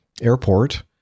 airport